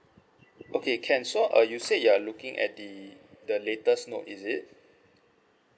okay can so uh you said you're looking at the the latest note is it